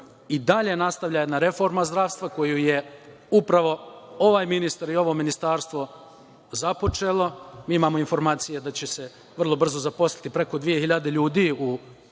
i dalje nastavlja jedna reforma zdravstva, koju je upravo ovaj ministar i ovo ministarstvo započelo. Mi imamo informacije da će se vrlo brzo zaposliti preko dve hiljade